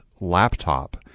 laptop